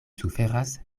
suferas